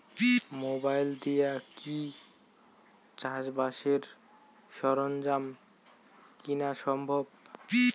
Mobile দিয়া কি চাষবাসের সরঞ্জাম কিনা সম্ভব?